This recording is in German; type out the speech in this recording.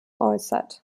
äußert